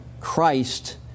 Christ